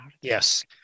Yes